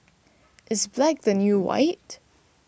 is black the new white